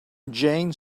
jane